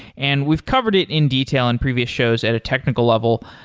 and we've covered it in detail in previous shows at a technical level.